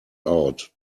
out